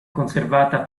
conservata